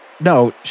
No